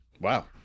Wow